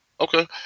Okay